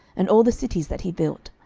and all the cities that he built,